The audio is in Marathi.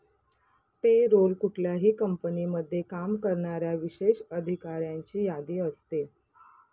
पे रोल कुठल्याही कंपनीमध्ये काम करणाऱ्या विशेष अधिकाऱ्यांची यादी असते